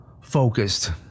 focused